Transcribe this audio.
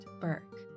Burke